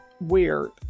weird